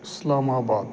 Islamabad